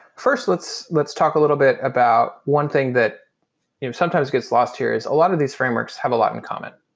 first, let's let's talk a little bit about one thing that sometimes gets lost here is a lot of these frameworks have a lot in common.